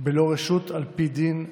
בלא רשות על פי דין להחזקתו.